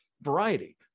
variety